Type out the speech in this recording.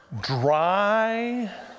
Dry